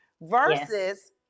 versus